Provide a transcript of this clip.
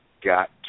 got